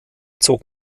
zog